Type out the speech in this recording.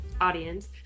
audience